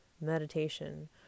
meditation